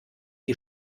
die